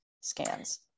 scans